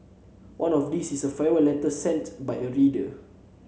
one of these is a farewell letter sent by a reader